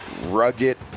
rugged